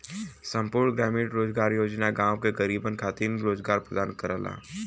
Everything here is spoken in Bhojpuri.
संपूर्ण ग्रामीण रोजगार योजना गांव के गरीबन खातिर रोजगार प्रदान करला